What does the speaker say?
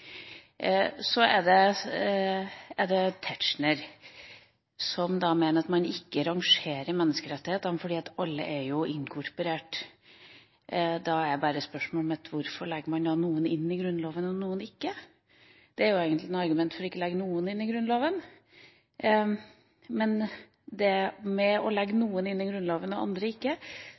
Så til Tetzschner, som mener at man ikke rangerer menneskerettighetene fordi alle jo er inkorporert, men da er spørsmålet mitt: Hvorfor legger man da noen inn i Grunnloven og noen ikke – det er jo egentlig et argument for ikke å legge noen inn i Grunnloven? Ved å legge noen inn i Grunnloven og andre ikke,